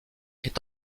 est